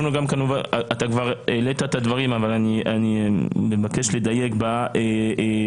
אתה כבר העלית את הדברים אבל אני מבקש לדייק בכניסה.